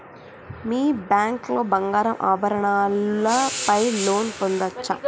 మీ bank లో బంగారు ఆభరణాల పై లోన్ పొందచ్చా?